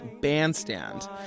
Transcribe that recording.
bandstand